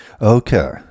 Okay